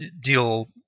deal –